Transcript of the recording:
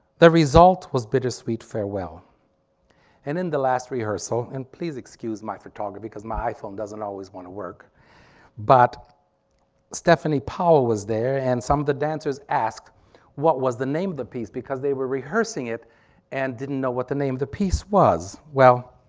the result was bittersweet farewell and in the last rehearsal and please excuse my photography because my iphone doesn't always want to work but stephanie powell was there and some of the dancers asked what was the name of the piece because they were rehearsing it and didn't know what the name of the piece was. well